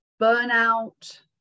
burnout